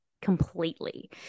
completely